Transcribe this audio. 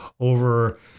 over